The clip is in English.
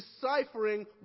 deciphering